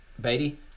Beatty